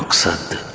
like sent